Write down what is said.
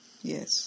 Yes